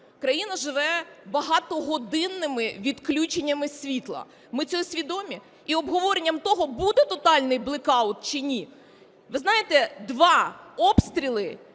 Країна живе багатогодинними відключеннями світла (ми цього свідомі?) і обговоренням того, буде тотальний блекаут чи ні. Ви знаєте, два обстріли